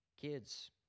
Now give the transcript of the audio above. Kids